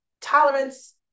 tolerance